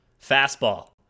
fastball